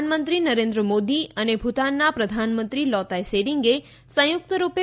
પ્રધાનમંત્રી નરેન્દ્ર મોદી અને ભુતાનના પ્રધાનમંત્રી લોતાય સેરીંગ સંયુક્તરૃપે